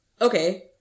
Okay